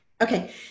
Okay